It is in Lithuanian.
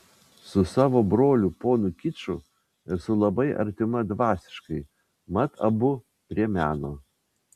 su savo broliu ponu kiču esu labai artima dvasiškai mat abu prie meno